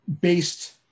based